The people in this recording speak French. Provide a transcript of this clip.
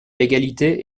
l’égalité